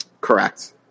Correct